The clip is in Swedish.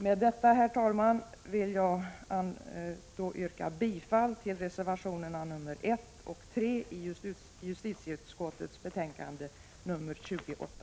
Med detta, herr talman, yrkar jag bifall till reservationerna 1 och 3 i justitieutskottets betänkande 28.